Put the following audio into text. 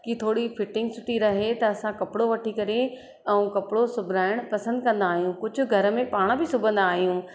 की थोरी फिटींग सुठी रहे त असां कपिड़ो वठी करे ऐं कपिड़ो सिबराइणु पसंदि कंदा आहियूं कुझु घर में पाण बि सिबंदा आहियूं